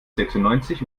sechsundneunzig